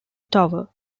tower